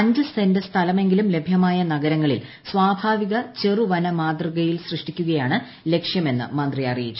അഞ്ച് സെന്റ് സ്ഥലമെങ്കിലും ലഭ്യമായ നഗരങ്ങളിൽ സ്വാഭാവിക ചെറുവനമാതൃകയിൽ സൃഷ്ടിക്കുകയാണ് ലക്ഷ്യമെന്ന് മന്ത്രി അറിയിച്ചു